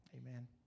Amen